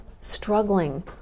struggling